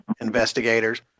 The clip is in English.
investigators